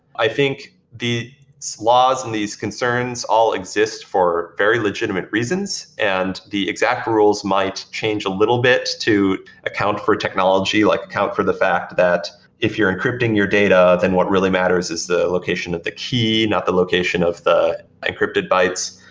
i think these so laws and these concerns all exist for very legitimate reasons and the exact rules might change a little bit to account for technology, like account for the fact that if you're encrypting your data, then what really matters is the location of the key, not the location of the encrypted bytes.